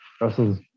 Russell's